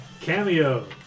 Cameo